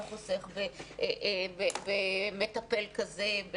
אתה חוסך במטפל כזה.